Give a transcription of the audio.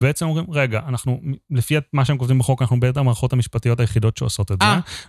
בעצם אומרים, רגע, אנחנו, לפי מה שהם כותבים בחוק, אנחנו בין המערכות המשפטיות היחידות שעושות את זה. אה...